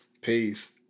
Peace